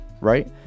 right